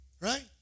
right